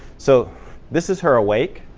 so this is her awake.